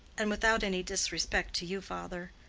and without any disrespect to you, father,